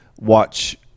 watch